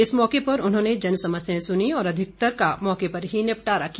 इस मौके पर उन्होंने जनसमस्याएं सुनीं और अधिकतर का मौके पर ही निपटारा किया